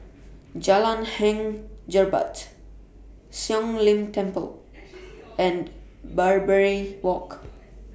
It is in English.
Jalan Hang Jebat Siong Lim Temple and Barbary Walk